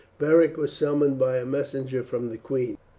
beric was summoned by a messenger from the queen.